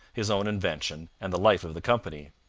his own invention and the life of the company.